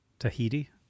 Tahiti